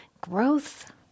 Growth